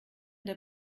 der